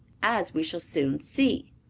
as we shall soon see.